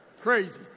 Crazy